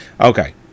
Okay